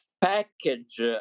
package